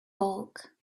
bulk